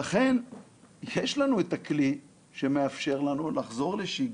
ולכן יש לנו את הכלי שמאפשר לנו לחזור לשגרה,